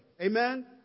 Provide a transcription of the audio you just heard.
Amen